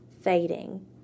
fading